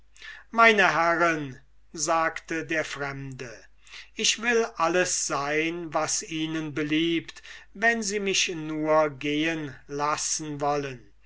meine herren sagte der fremde ich will alles sein was ihnen beliebt wenn sie mich nur gehen lassen wollen